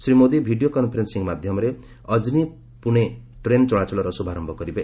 Shri Modi video conferencing ମାଧ୍ୟମରେ ଅକ୍ନୀ Pune train ଚଳାଚଳର ଶୁଭାରୟ କରିବେ